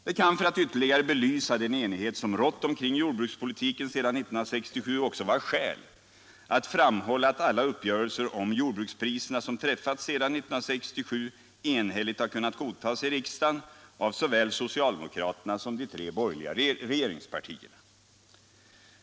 Det kan, för att ytterligare belysa den enighet som rått omkring jordbrukspolitiken sedan 1967, också vara skäl att framhålla att alla uppgörelser om jordbrukspriserna som träffats sedan 1967 enhälligt har kunnat godtas i riksdagen av såväl socialdemokraterna som de tre borgerliga nuvarande regeringspartierna.